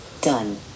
done